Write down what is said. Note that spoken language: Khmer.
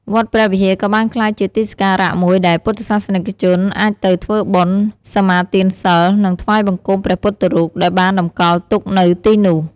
វត្តព្រះវិហារ ក៏បានក្លាយជា ទីសក្ការៈ មួយដែល ពុទ្ធសាសនិកជន អាចទៅ ធ្វើបុណ្យ សមាទានសីល និង ថ្វាយបង្គំព្រះពុទ្ធរូប ដែលបាន តម្កល់ទុកនៅទីនោះ។